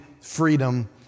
freedom